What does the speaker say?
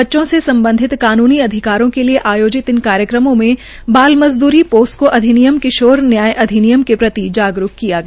बच्चों से संबंधित कानूनी अधिकारों के लिये आयोजित इन कार्यक्रमों में बाल मजदूरी पोस्को अधिनियम किशोर न्याय अधिनियम के प्रति जागरूक किया गया